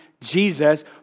Jesus